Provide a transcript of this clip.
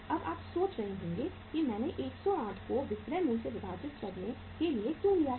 अब आप सोच रहे होंगे कि मैंने 108 को विक्रय मूल्य से विभाजित करने के लिए क्यों लिया है